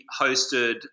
hosted